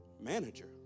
manager